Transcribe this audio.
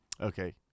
Okay